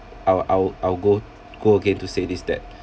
I'll I'll I'll go go again to say this that